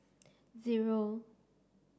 zero